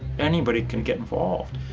anybody can get involved.